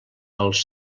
els